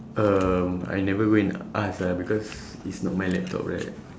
um I never go and ask ah because it's not my laptop right